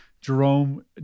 Jerome